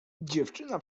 dziewczyna